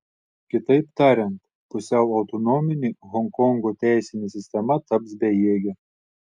kitaip tariant pusiau autonominė honkongo teisinė sistema taps bejėgė